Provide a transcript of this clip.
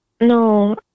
No